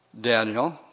Daniel